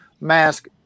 mask